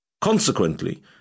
consequently